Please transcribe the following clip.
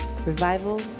Revival